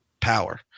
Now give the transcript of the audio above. power